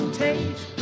taste